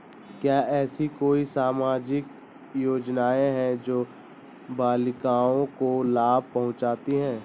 क्या ऐसी कोई सामाजिक योजनाएँ हैं जो बालिकाओं को लाभ पहुँचाती हैं?